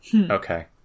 Okay